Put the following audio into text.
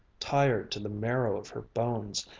tired to the marrow of her bones.